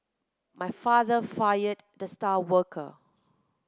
my father fired the star worker